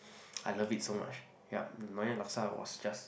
I love it so much yup Nyonya laksa was just